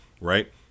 Right